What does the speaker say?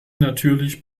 natürlich